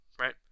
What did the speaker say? right